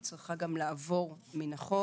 צריכה גם לעבור מן החוק.